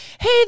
Hey